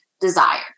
desire